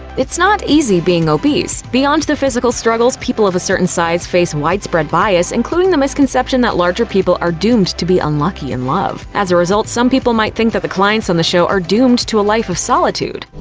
it's not easy being obese. beyond the physical struggles, people of a certain size face widespread bias, including the misconception that larger people are doomed to be unlucky in love. as a result, some people might think that the clients on the show are doomed to a life of solitude.